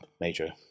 major